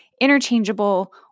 Interchangeable